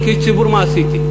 אבל כאיש ציבור מה עשיתי?